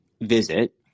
visit